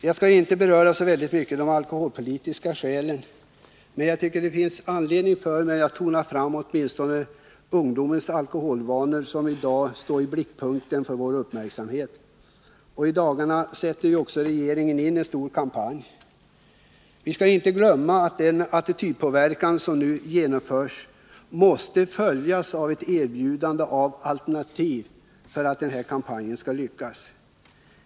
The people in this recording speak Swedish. Jag skall inte så mycket beröra de alkoholpolitiska skälen, men det finns anledning att betona åtminstone ungdomarnas alkoholvanor, som i dag står i blickpunkten för vår uppmärksamhet. I dagarna sätter regeringen i gång en stor kampanj. Vi skall inte glömma att den attitydpåverkan som nu pågår måste följas av ett erbjudande av alternativ, för att kampanjen skall lyckas.